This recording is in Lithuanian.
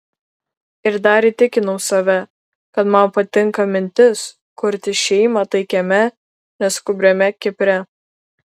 ir dar įtikinau save kad man patinka mintis kurti šeimą taikiame neskubriame kipre